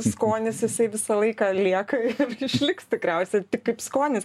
skonis jisai visą laiką lieka ir išliks tikriausia tik kaip skonis